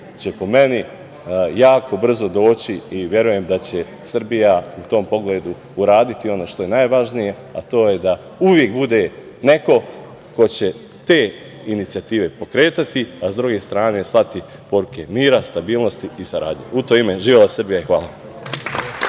će, po meni, jako brzo doći i verujem da će Srbija u tom pogledu uraditi ono što je najvažnije, a to je da uvek bude neko ko će te inicijative pokretati, a s druge strane slati poruke mira, stabilnosti i saradnje. U to ime, živela Srbija i hvala